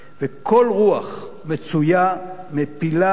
וכל רוח מצויה מפילה,